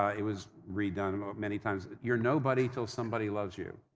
ah it was redone many times. you're nobody till somebody loves you.